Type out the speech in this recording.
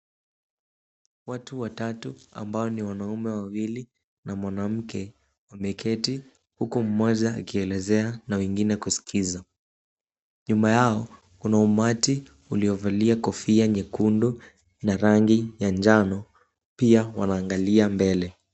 Watu watatu ambao ni wanaume wawili na mwanamke wameketi, huku mmoja akielezea na wengine kusikiliza. Nyuma yao kuna umati uliovalia kofia nyekundu na rangi ya njano pia wanaangalia mbele.